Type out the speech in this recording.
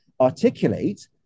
articulate